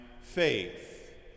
Faith